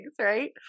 Right